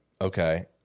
Okay